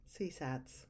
CSATs